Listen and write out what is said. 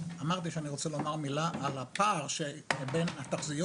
אני רוצה לומר מילה על הפער שבין התחזיות